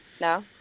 No